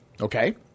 okay